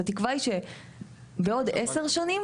התקווה היא שבעוד 10 שנים,